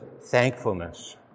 thankfulness